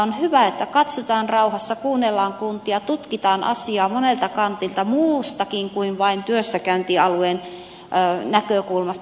on hyvä että katsotaan rauhassa kuunnellaan kuntia tutkitaan asiaa monelta kantilta muustakin kuin vain työssäkäyntialueen näkökulmasta